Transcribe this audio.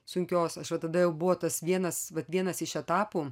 sunkios aš va tada jau buvo tas vienas vat vienas iš etapų